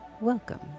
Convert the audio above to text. Welcome